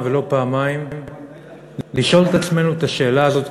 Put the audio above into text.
ולא פעמיים לשאול את עצמנו את השאלה הזאת,